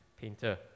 painter